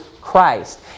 Christ